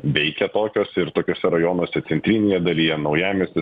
veikia tokios ir tokiuose rajonuose centrinėje dalyje naujamiestyj